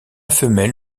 femelle